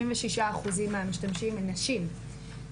76% מהמשתמשים הן נשים.